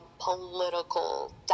political